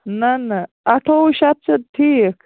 نہَ نہَ اَٹھووُہ شَتھ چھُ ٹھیٖک